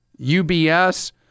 UBS